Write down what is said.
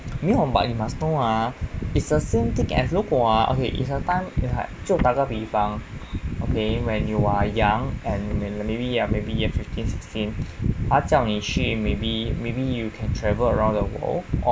没有 but you must know ah it's a same thing as 如果啊 it's a time it's like 就打个比方 okay when you are young and then maybe or maybe you fifteen sixteen 他叫你去 maybe maybe you can travel around the world